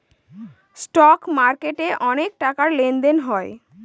stock মার্কেটে অনেক টাকার লেনদেন হয়